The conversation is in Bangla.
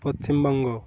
পশ্িমবঙ্গ